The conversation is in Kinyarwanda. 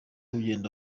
ugenda